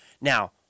Now